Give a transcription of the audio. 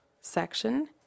section